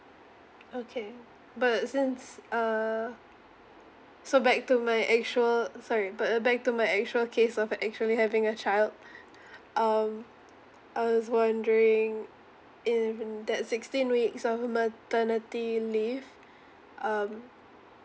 okay but since err so back to my actual uh sorry but uh back to my actual case of actually having a child um I was wondering if mm that sixteen weeks of maternity leave um